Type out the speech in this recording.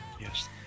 Yes